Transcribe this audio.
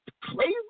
Crazy